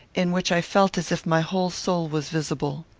in which i felt as if my whole soul was visible.